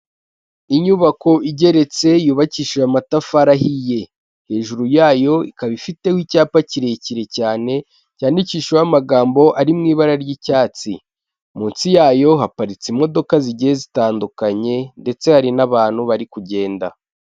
Inyubako igeretse yubakishije amatafari ahiye, hejuru yayo ikaba ifiteho icyapa kirekire cyane cyandikishijeho amagambo ari mu ibara ry'icyatsi, munsi yayo haparitse imodoka zigiye zitandukanye, ndetse hari n'abantu bari kugenda.